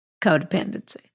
Codependency